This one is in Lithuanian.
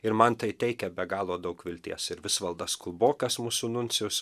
ir man tai teikia be galo daug vilties ir visvaldas kulbokas mūsų nuncijus